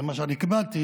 זה מה שאני קיבלתי,